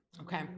Okay